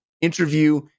interview